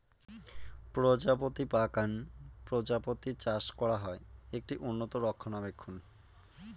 প্রজাপতি বাগান প্রজাপতি চাষ করা হয়, একটি উন্নত রক্ষণাবেক্ষণ